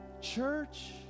church